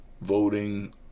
voting